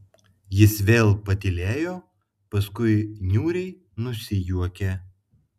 jis vėl patylėjo paskui niūriai nusijuokė